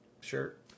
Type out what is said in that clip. shirt